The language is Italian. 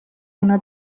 una